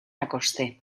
acosté